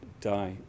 die